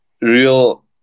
real